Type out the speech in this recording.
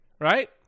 right